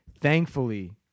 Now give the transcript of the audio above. thankfully